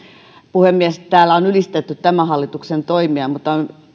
puhemies täällä on ylistetty tämän hallituksen toimia mutta on